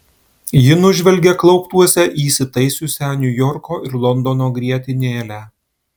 ji nužvelgė klauptuose įsitaisiusią niujorko ir londono grietinėlę